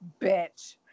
bitch